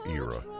era